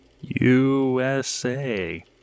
USA